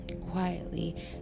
quietly